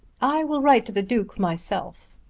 i will write to the duke myself.